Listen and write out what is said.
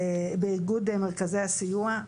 באיגוד מרכזי הסיוע.